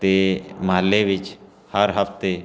ਅਤੇ ਮੁਹੱਲੇ ਵਿੱਚ ਹਰ ਹਫਤੇ